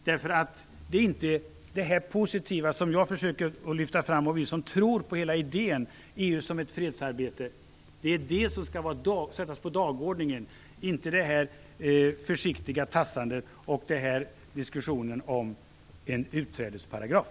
Det är inte fråga om det positiva som vi som tror på hela idén med EU som ett fredsarbete försöker lyfta fram. Men det är ju det som skall sättas upp på dagordningen, inte det försiktiga tassandet och diskussionen om en utträdesparagraf!